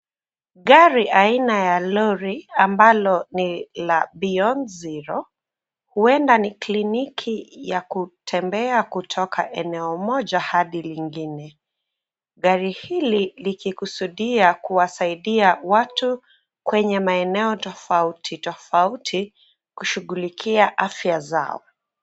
Gari aina ya lori ambalo ni la Beyond Zero, huenda ni kliniki ya kutembea kutoka eneo moja hadi lingine. Gari hili likikusudia kuwasaidia watu kwenye maeneo tofauti tofauti kushughulikia afya zao.